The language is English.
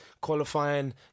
qualifying